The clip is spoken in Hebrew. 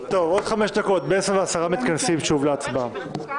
בעוד חמש דקות, ב-10:10 מתכנסים שוב להצבעה.